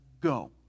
go